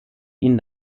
ihn